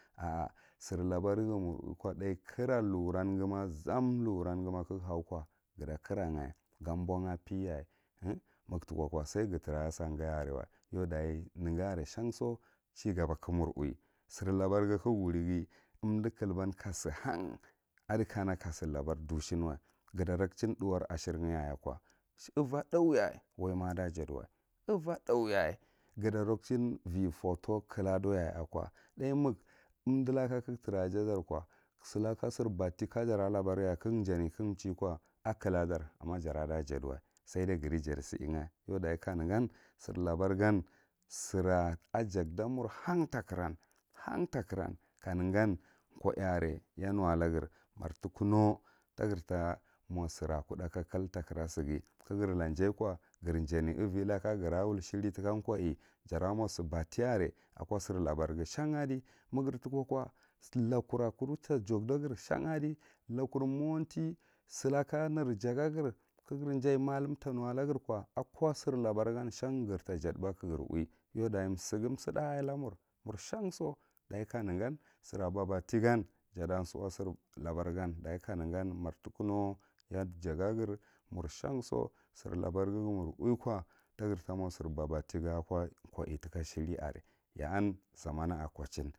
A sir labar maya uwi ko th’a kiram lukuran ghi ma, lukurngaama kaya hai ko ga ta kira wna ga tukoko saigha tra a ko sangaya arewa, yai dach nega are shanso shaogaba ka mur uwi, sir labar ka ga a to wuri ghi unɗu klab kasi han, aɗi kuna ka sir labae ɗushimiwa ga ta rak chin ɗawar ashega yaye ako avo tha yaye waina aɗa jadiwa, iva tha yaye ajo, tha mak uunda laka si batti kajara labar kagha tra jaɗar know silaka baffti kajara labar yaye kaghu janiko acladar amma jara da jadiwa sai gha ti jadi singa, yau ɗachi kanegan sir labr gan, sira agakda mur han takiran, han takiran, ka negan ko iye aree ya newalagry mary tilinow tagre ta mo sira kuɗɗa kalkal takra sighi ka ghiry la jaye ko are jane ivi laka gra wul siri take koiye jara mo si batti are a ko sir labarghi shan avi, ma gre tokoeko lakura kuru tajakdagree shan adi, lakur mowanti silaka nejagagre ka gre jay mallan ta nuwa lagreko ako sir labar gan shan great jatba kagre. Uwi yau ɗachi sighi suɗɗa aja mur mur shan so dachi kanegan sira babatti gan jata suu sir labar gan dachi kanegan mur tughunow ya jagagree murshanso sir labar ghi ka gre uwi tagree ta mo si bebafti aka koiy taka shin are ya ton zamma'a kochin.